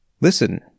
Listen